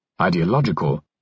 ideological